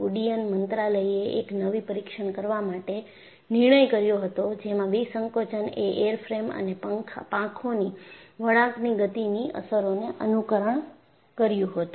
ઉડ્ડયન મંત્રાલય એ એક નવી પરીક્ષણ કરવા માટે નિર્ણય કર્યો હતો જેમાં વિસંકોચન એ એરફ્રેમ અને પાંખોની વળાંકની ગતિની અસરોને અનુકરણ કર્યું હતું